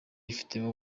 yifitemo